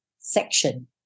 section